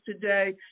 today